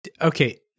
Okay